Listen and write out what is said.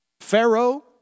Pharaoh